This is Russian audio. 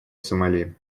сомали